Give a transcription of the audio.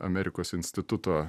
amerikos instituto